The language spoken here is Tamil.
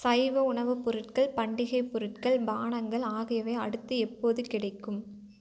சைவ உணவுப் பொருட்கள் பண்டிகை பொருட்கள் பானங்கள் ஆகியவை அடுத்து எப்போது கிடைக்கும்